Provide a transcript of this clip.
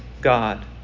God